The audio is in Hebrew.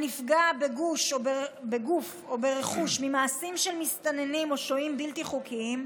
הנפגע בגוף או ברכוש ממעשיהם של מסתננים או שוהים בלתי חוקיים,